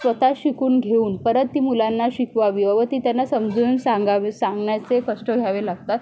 स्वत शिकून घेऊन परत ती मुलांना शिकवावी व ती त्यांना समजून सांगावे सांगण्याचे कष्ट घ्यावे लागतात